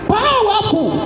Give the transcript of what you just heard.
powerful